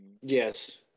Yes